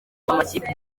amakipe